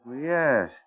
Yes